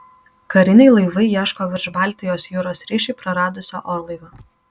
kariniai laivai ieško virš baltijos jūros ryšį praradusio orlaivio